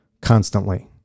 constantly